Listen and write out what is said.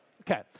Okay